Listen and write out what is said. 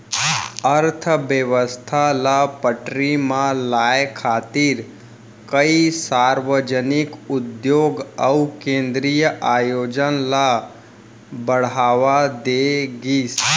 अर्थबेवस्था ल पटरी म लाए खातिर कइ सार्वजनिक उद्योग अउ केंद्रीय आयोजन ल बड़हावा दे गिस